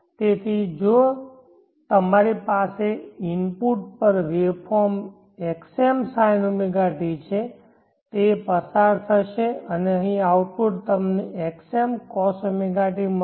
તેથી જો મારી પાસેઇનપુટ પર વેવ ફોર્મ xm sinωt છે તે પસાર થશે અને અહીં આઉટપુટ પર તમને xm cosωt મળશે